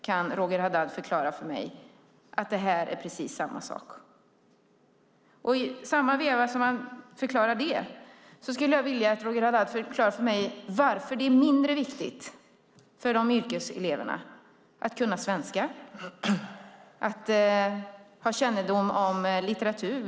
Kan Roger Haddad förklara för mig på vilket sätt detta är precis samma sak? I samma veva skulle jag vilja att Roger Haddad förklarade för mig varför det är mindre viktigt för yrkeseleverna att kunna svenska och ha kännedom om litteratur.